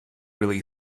really